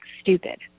stupid